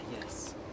yes